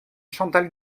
chantal